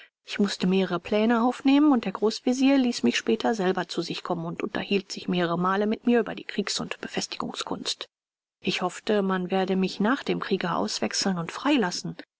ich mußte mehrere pläne aufnehmen und der großvezier ließ mich später selbst zu sich kommen und unterhielt sich mehrere male mit mir über die kriegs und befestigungskunst ich hoffte man werde mich nach dem kriege auswechseln und freilassen